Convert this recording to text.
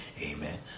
amen